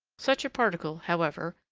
such a particle, however,